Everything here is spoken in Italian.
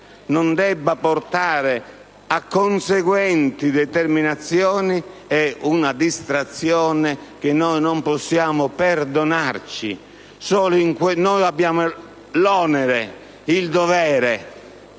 non debba portare a conseguenti determinazioni è una distrazione che non possiamo perdonarci. Noi abbiamo l'onere, il dovere